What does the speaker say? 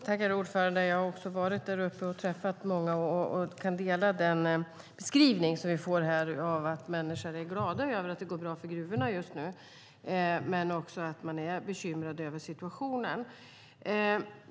Herr talman! Jag har också varit däruppe och träffat många, och jag kan dela den beskrivning som vi får här av att människor är glada över att det går bra för gruvorna just nu men också att de är bekymrade över situationen.